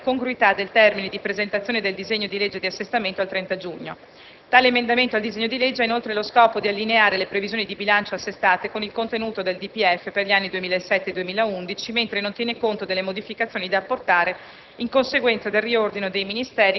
il che pone il problema più generale della congruità del termine di presentazione del disegno di legge di assestamento al 30 giugno. Tale emendamento al disegno di legge ha inoltre lo scopo di allineare le previsioni di bilancio assestate con il contenuto del DPEF per gli anni 2007-2011, mentre non tiene conto delle modificazioni da apportare